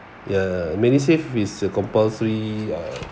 ya medisave is a compulsory uh